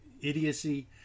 idiocy